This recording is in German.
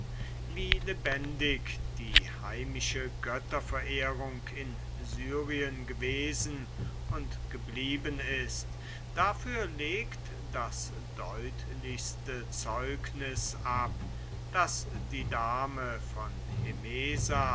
wie lebendig die heimische götterverehrung in syrien gewesen und geblieben ist dafür legt das deutlichste zeugnis ab daß die dame von